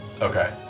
Okay